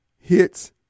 hits